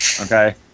Okay